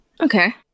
Okay